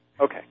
Okay